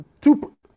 Two